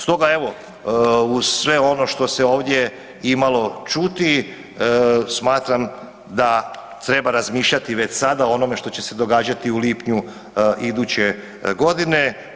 Stoga, evo uz sve ono što se ovdje imalo čuti, smatram da treba razmišljati već sada o onome što će se događati u lipnju iduće godine.